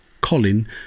Colin